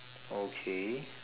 okay